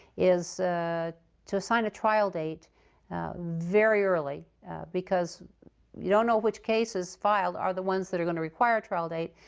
is to assign a trial date very early because you don't know which cases filed are the ones that are going to require a trial date.